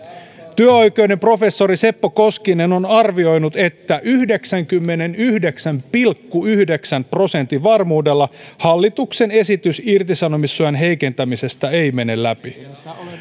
työoikeuden professori seppo koskinen on arvioinut että yhdeksänkymmenenyhdeksän pilkku yhdeksän prosentin varmuudella hallituksen esitys irtisanomissuojan heikentämisestä ei mene läpi